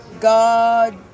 God